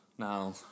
Now